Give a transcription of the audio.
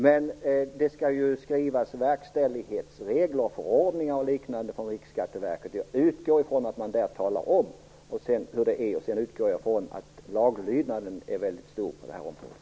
Men det skall ju skrivas verkställighetsregler, förordningar och liknande från Riksskatteverket, och jag utgår från att man där talar om hur det är. Jag utgår också från att laglydnaden är väldigt stor på det här området.